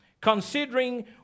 Considering